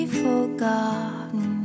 forgotten